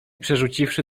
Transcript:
przerzuciwszy